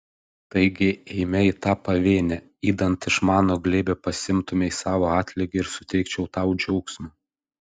taigi eime į tą pavėnę idant iš mano glėbio pasiimtumei savo atlygį ir suteikčiau tau džiaugsmo